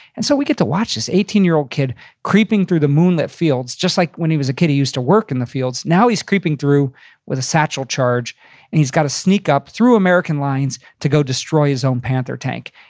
and so we get to watch this eighteen year old kid creeping through the moonlit fields, just like when he was a kid he used to work in the fields. now he's creeping through with a satchel charge and he's gotta sneak up through american lines to go destroy his own panther tank.